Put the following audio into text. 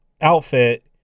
outfit